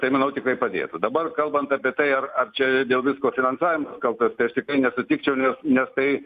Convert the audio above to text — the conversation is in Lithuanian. tai manau tikrai padėtų dabar kalbant apie tai ar ar čia dėl visko finansavimas kaltas tai aš tikrai nesutikčiau nes nes tai